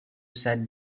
sat